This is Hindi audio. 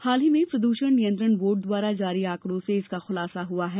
हाल ही में प्रदूषण नियंत्रण बोर्ड द्वारा जारी आंकड़ों से इसका खुलासा हुआ है